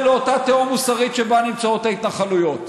לאותה תהום מוסרית שבה נמצאות ההתנחלויות.